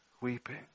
weeping